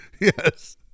Yes